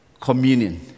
communion